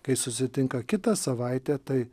kai susitinka kitą savaitę tai